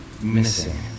missing